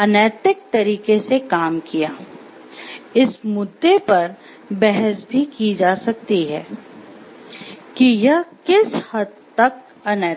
अनैतिक तरीके से काम किया है इस मुद्दे पर बहस भी की जा सकती है कि यह किस हद तक अनैतिक था